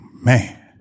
Man